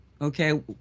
Okay